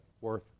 worth